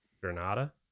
Granada